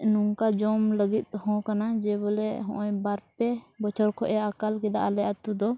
ᱱᱚᱝᱠᱟ ᱡᱚᱢ ᱞᱟᱹᱜᱤᱫ ᱦᱚᱸ ᱠᱟᱱᱟ ᱡᱮ ᱵᱚᱞᱮ ᱦᱚᱜᱼᱚᱸᱭ ᱵᱟᱨ ᱯᱮ ᱵᱚᱪᱷᱚᱨ ᱠᱷᱚᱡ ᱮ ᱟᱠᱟᱞ ᱠᱮᱫᱟ ᱟᱞᱮ ᱟᱛᱳ ᱫᱚ